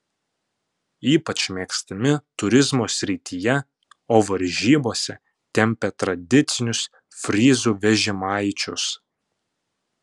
ypač mėgstami turizmo srityje o varžybose tempia tradicinius fryzų vežimaičius